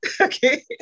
okay